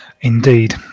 Indeed